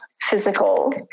physical